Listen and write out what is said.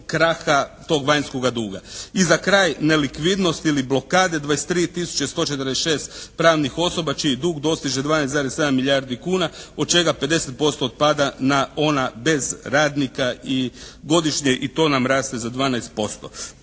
kraha tog vanjskoga duga. I za kraj nelikvidnost ili blokade 23 tisuće 146 pravnih osoba čiji dug dostiže 12,7 milijardi kuna od čega 50% otpada na ona bez radnika i godišnje i to nam raste za 12%.